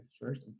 first